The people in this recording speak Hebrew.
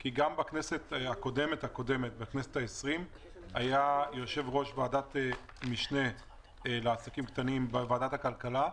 כי גם בכנסת העשרים היה יושב-ראש ועדת משנה לעסקים קטנים בוועדת הכלכלה,